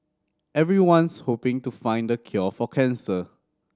everyone's hoping to find the cure for cancer